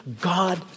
God